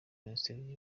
minisiteri